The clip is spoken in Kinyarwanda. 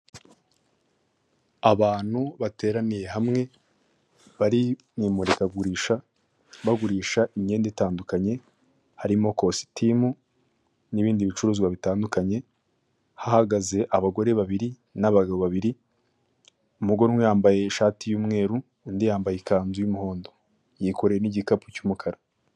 Abantu bateraniye hamwe bari m'imurikagurisha bagurisha imyenda itandukanye harimo kositimu n'ibindi bicuruzwa bitandukanye hahagara abagore babiri n'abagabo babiri umugore umwe yambaye ishati yumweru undi yambaye ikanzu y'umuhondo yikoreye n'igikapu cy'umukara.